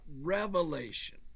revelation